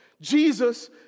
Jesus